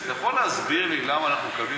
אתה יכול להסביר לי למה אנחנו מקבלים